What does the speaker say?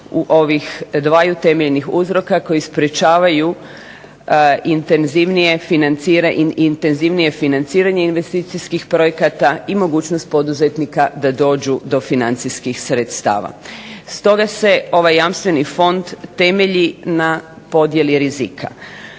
u ovih dvaju temeljnih uzroka koji sprječavaju intenzivnije financiranje investicijskih projekata i mogućnost poduzetnika da dođu do financijskih sredstava. Stoga se ovaj Jamstveni fond temelji na podjeli rizika